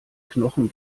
knochen